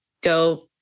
go